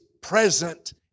present